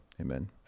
amen